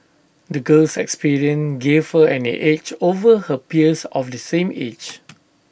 the girl's experiences gave her an edge over her peers of the same age